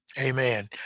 Amen